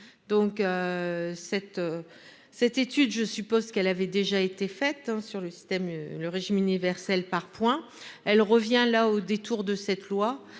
Cette étude, je suppose qu'elle avait déjà été fait sur le système. Le régime universel par points elle revient là au détour de cette loi,